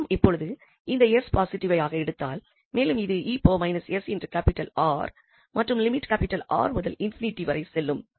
நாம் இப்பொழுது இந்த 𝑠 ஐ பாசிட்டிவ் ஆக எடுத்தால் மேலும் இது மற்றும் லிமிட் 𝑅 முதல் ∞ வரை செல்லும்